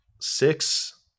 Six